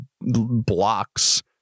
blocks